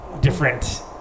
different